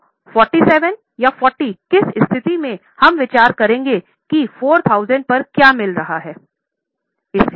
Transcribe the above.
तो 47 या 40 किस स्थिति में हम विचार करेंगे कि 4000 पर क्या मिल रहा है